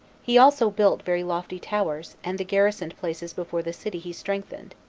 he also built very lofty towers, and the garrisoned places before the city he strengthened,